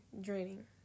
draining